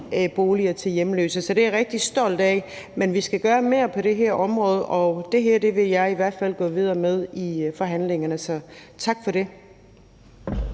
boliger til hjemløse, så det er jeg rigtig stolt af. Men vi skal gøre mere på det her område, og det her vil jeg i hvert fald gå videre med i forhandlingerne. Tak for det.